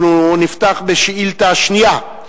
אנחנו נפתח בשאילתא השנייה.